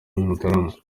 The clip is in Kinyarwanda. mutarama